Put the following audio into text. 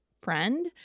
friend